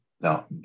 Now